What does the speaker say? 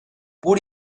pur